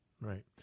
Right